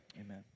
amen